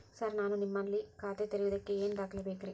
Sir ನಾನು ನಿಮ್ಮಲ್ಲಿ ಖಾತೆ ತೆರೆಯುವುದಕ್ಕೆ ಏನ್ ದಾಖಲೆ ಬೇಕ್ರಿ?